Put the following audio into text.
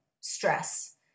stress